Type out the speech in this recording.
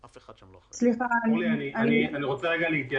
אין שום דבר בשל שאני יכולה להציג כרגע.